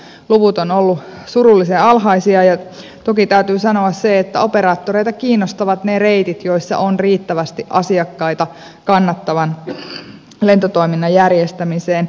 jyväskylän osalta luvut ovat olleet surullisen alhaisia ja toki täytyy sanoa se että operaattoreita kiinnostavat ne reitit joissa on riittävästi asiakkaita kannattavan lentotoiminnan järjestämiseen